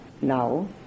now